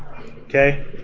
Okay